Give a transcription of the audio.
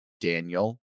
Daniel